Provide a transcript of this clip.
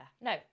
No